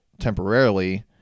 temporarily